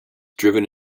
driven